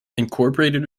incorporated